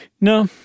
No